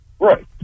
Right